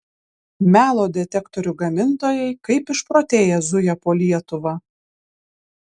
melo detektorių gamintojai kaip išprotėję zuja po lietuvą